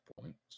points